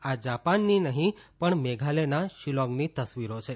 આ જાપાનની નહીં પણ મેઘાલયના શીલોંગની તસવીરો છે